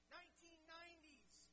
1990s